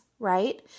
Right